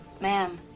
Ma'am